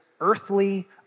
earthly